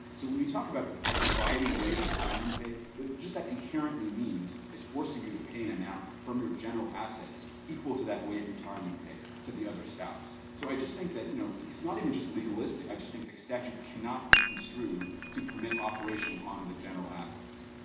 so when we talk about dividing waived retirement pay, what just that inherently means is forcing you to pay an amount from your general assets equal to that waived retirement pay to the other spouse. so i just think that, you know, it's not even just legalistic. i just think the statute cannot be construed to permit operation on the general assets.